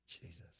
jesus